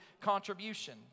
contribution